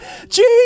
Jesus